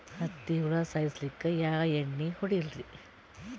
ಹತ್ತಿ ಹುಳ ಸಾಯ್ಸಲ್ಲಿಕ್ಕಿ ಯಾ ಎಣ್ಣಿ ಹೊಡಿಲಿರಿ?